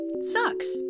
Sucks